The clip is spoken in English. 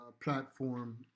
platform